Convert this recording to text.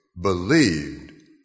believed